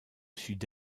sud